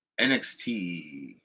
NXT